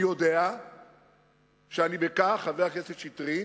אני יודע שאני בכך, חבר הכנסת שטרית,